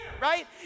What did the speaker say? Right